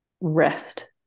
rest